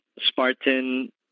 Spartan